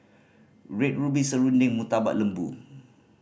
Red Ruby serunding Murtabak Lembu